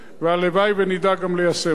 תודה לחבר הכנסת אורי אריאל.